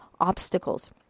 obstacles